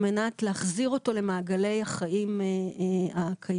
על מנת להחזיר אותו למעגלי החיים הקיימים.